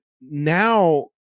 now